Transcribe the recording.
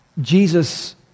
Jesus